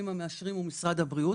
המאשרים הוא משרד הבריאות,